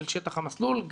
אל שטח המסלול,